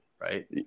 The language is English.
right